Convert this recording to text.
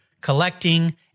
collecting